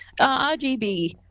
RGB